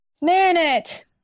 Marinette